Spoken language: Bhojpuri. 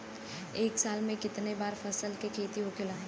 एक साल में कितना बार फसल के खेती होखेला?